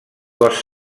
cos